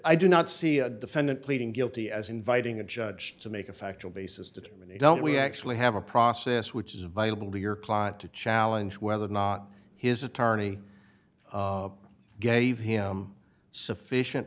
i do not see a defendant pleading guilty as inviting a judge to make a factual basis determine it don't we actually have a process which is available to your client to challenge whether or not his attorney gave him sufficient